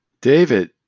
David